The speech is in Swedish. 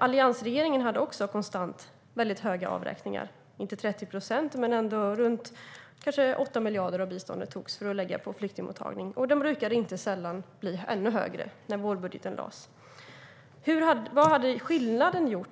Alliansregeringen hade också konstant väldigt höga avräkningar. Det var inte 30 procent. Men det var kanske runt 8 miljarder av biståndet som lades på flyktingmottagande. Det brukade inte sällan bli ännu högre när vårbudgeten lades fram. Vad hade skillnaden varit?